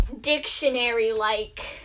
Dictionary-like